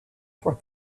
for